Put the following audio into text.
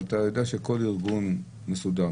אתה יודע שכל ארגון מסודר,